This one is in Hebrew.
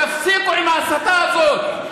תפסיקו עם ההסתה הזאת.